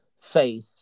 faith